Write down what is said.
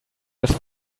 das